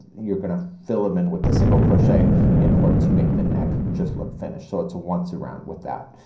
you're gonna fill them in with the single crochet in order to make the neck just look finished. so it's a once around with that.